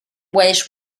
ways